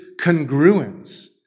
congruence